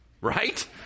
right